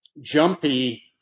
jumpy